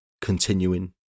continuing